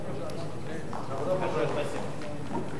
(מחיאות כפיים)